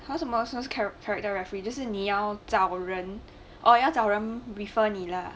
!huh! 什么什么是 char~ character referee 就是你要找人 orh 要找人 refer 你 lah